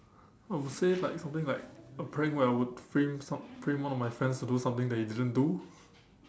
I would say like something like a prank where I would frame some frame one of my friends to do something that he didn't do